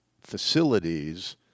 facilities